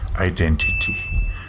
Identity